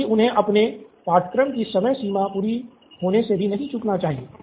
साथ ही उन्हें अपने पाठ्यक्रम की समय सीमा पूरी होने से भी नहीं चूकना चाहिए